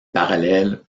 parallèles